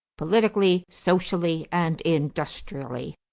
politically, socially, and industrially.